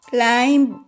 Climb